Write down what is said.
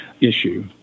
issue